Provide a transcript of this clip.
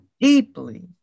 deeply